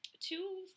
Two